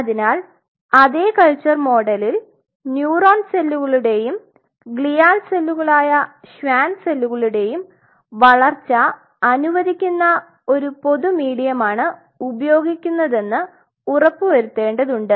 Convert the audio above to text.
അതിനാൽ അതേ കൾച്ചർ മോഡലിൽ ന്യൂറോൺ സെല്ലുകളുടെയും ഗ്ലിയാൽ സെല്ലുകളായ ഷ്വാൻ സെല്ലുകടെയും വളർച്ച അനുവദിക്കുന്ന ഒരു പൊതു മീഡിയം ആണ് ഉപയോഗിക്കുന്നതെന്ന് ഉറപ്പുവരുത്തേണ്ടതുണ്ട്